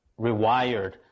rewired